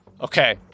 Okay